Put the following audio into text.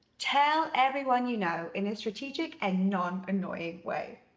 tell everyone you know, in a strategic and non annoying way.